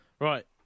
Right